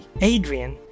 Adrian